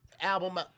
album